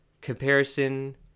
comparison